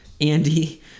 Andy